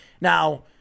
Now